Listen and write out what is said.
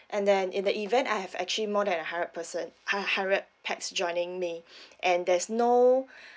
and then in the event I have actually more than a hundred person hu~ hundred pax joining me and there's no